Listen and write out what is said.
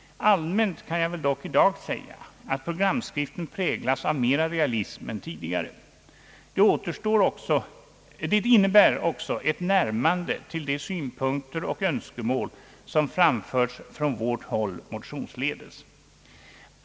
Almänt kan jag väl i dag säga, att programskriften präglas av mera realism än tidigare. Det innebär också ett närmande till de synpunkter och önskemål som har framförts från vårt håll motionsledes.